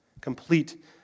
complete